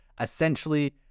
Essentially